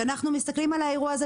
כשאנחנו מסתכלים על האירוע הזה,